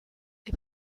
les